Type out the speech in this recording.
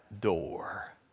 door